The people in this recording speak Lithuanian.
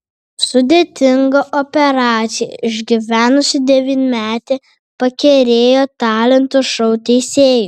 sudėtingą operaciją išgyvenusi devynmetė pakerėjo talentų šou teisėjus